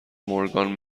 مورگان